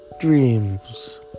dreams